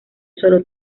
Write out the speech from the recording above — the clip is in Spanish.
solo